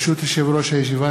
ברשות יושב-ראש הישיבה,